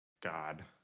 God